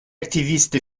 activiste